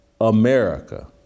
America